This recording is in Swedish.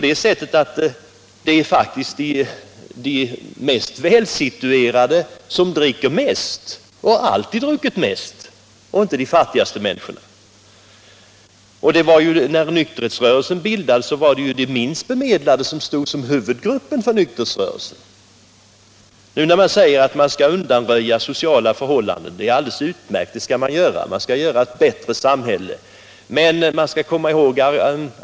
Det är faktiskt de välsituerade som dricker mest och alltid har druckit mest. När nykterhetsrörelsen bildades var det också de minst bemedlade som utgjorde en huvudgrupp. Det är alldeles utmärkt när man som nu säger att sociala missförhållanden skall undanröjas och ett bättre samhälle skapas.